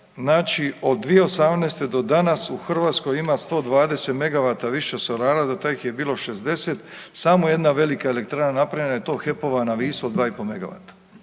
Znači od 2018. do danas u Hrvatskoj ima 120 megavata više solara, do tad ih je bilo 60. Samo jedna velika elektrana napravljena je i to HEP-ova na Visu od 2,5